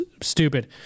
Stupid